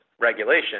regulation